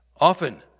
often